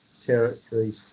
territory